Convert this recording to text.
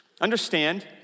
Understand